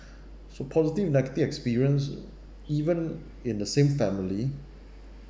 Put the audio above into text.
supposedly negative experience even in the same family